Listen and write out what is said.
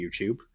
youtube